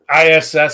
ISS